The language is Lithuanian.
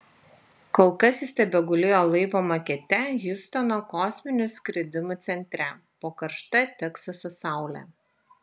kol kas jis tebegulėjo laivo makete hjustono kosminių skridimų centre po karšta teksaso saule